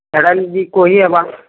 ସେଟା ଯଦି କହି ହେବା